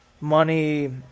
money